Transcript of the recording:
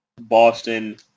Boston